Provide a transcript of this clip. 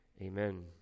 Amen